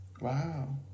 Wow